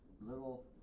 little